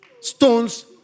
stones